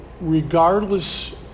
regardless